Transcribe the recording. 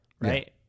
right